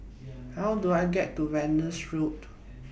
How Do I get to Venus Road